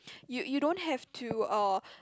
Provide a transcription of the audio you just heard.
you you don't have to uh